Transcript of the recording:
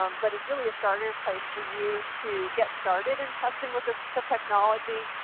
um but it's really a starter place for you to get started and testing with assistive technology.